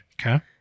Okay